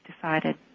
decided